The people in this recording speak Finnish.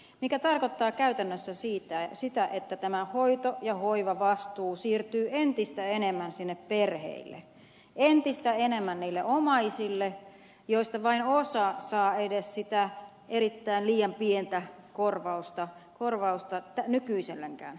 se tarkoittaa käytännössä sitä että tämä hoito ja hoivavastuu siirtyy entistä enemmän sinne perheille entistä enemmän niille omaisille joista vain osa saa edes sitä aivan liian pientä korvausta nykyiselläänkään